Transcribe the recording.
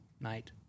night